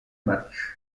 match